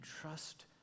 trust